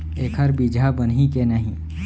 एखर बीजहा बनही के नहीं?